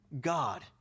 God